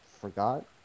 forgot